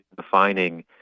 defining